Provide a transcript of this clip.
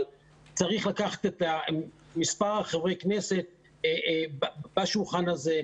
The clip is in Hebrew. אבל צריך לקחת מספר חברי כנסת בשולחן הזה,